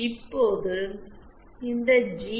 இப்போது இந்த GSஜி